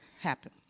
happen